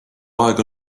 aega